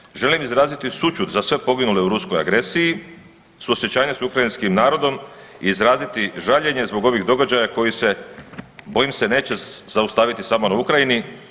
Na kraju želim izraziti sućut za sve poginule u ruskoj agresiji, suosjećanje s ukrajinskim narodom i izraziti žaljenje zbog ovih događaja koji se bojim se neće zaustaviti samo na Ukrajini.